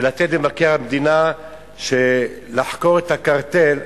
ולתת למבקר המדינה לחקור את הקרטל,